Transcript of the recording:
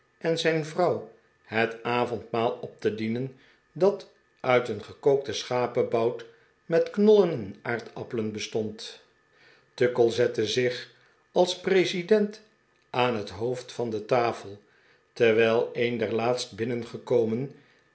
en zijn vrouw het avondmaal op te dienen dat uit een gekookten schapebout met knollen en aardappelen bestond tuckle zette zich als president aan het hoofd van de tafel terwijl een der laatst